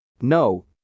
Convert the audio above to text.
No